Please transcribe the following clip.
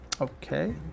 Okay